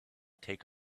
take